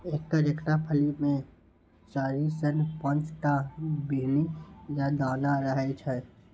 एकर एकटा फली मे चारि सं पांच टा बीहनि या दाना रहै छै